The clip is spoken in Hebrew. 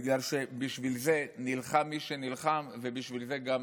בגלל שבשביל זה נלחם מי שנלחם ובשביל זה גם